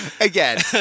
again